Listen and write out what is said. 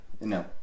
No